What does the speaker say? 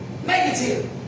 negative